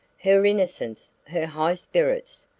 her innocence, her high spirits,